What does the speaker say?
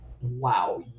wow